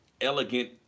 elegant